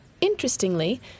Interestingly